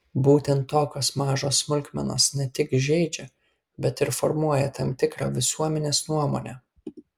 būtent tokios mažos smulkmenos ne tik žeidžia bet ir formuoja tam tikrą visuomenės nuomonę